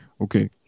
Okay